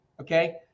okay